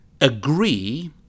agree